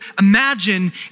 Imagine